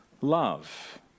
love